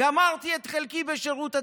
גמרתי את חלקי בשירות הציבור.